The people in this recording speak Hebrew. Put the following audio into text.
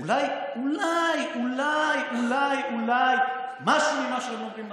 אולי אולי אולי אולי משהו ממה שהם אומרים נכון?